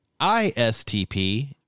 ISTP